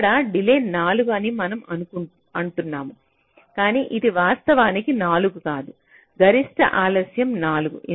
ఇక్కడ డిలే 4 అని మనం అంటున్నాము కానీ ఇది వాస్తవానికి 4 కాదు గరిష్ట ఆలస్యం 4